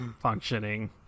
functioning